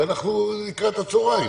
ולקראת הצוהריים,